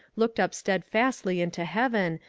looked up stedfastly into heaven,